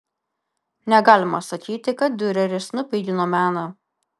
negalima sakyti kad diureris nupigino meną